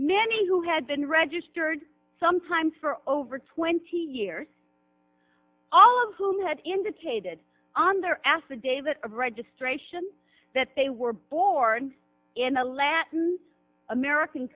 many who had been registered sometimes for over twenty years all of whom had indicated on their ass the day that registration that they were born in a latin american